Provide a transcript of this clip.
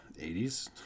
80s